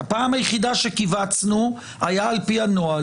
הפעם היחידה שכיווצנו הייתה על פי הנוהל,